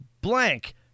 blank